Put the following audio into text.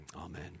Amen